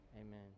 Amen